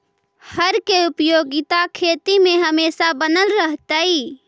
हर के उपयोगिता खेती में हमेशा बनल रहतइ